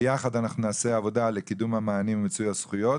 ביחד אנחנו נעשה עבודה לקידום המענים ומיצוי הזכויות.